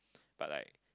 but like